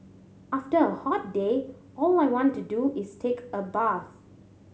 after a hot day all I want to do is take a bath